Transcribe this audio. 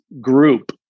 group